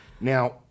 Now